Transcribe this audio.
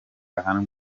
ahanwa